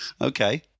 Okay